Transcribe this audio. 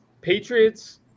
Patriots